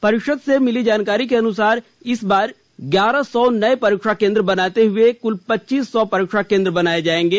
परिषद् से मिली जानकारी के अनुसार इस बार ग्यारह सौ नए परीक्षा केंद्र बनाते हुए कुल पच्चीस सौ परीक्षा केंद्र बनाये जायेंगे